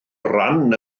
ran